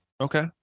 Okay